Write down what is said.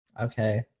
Okay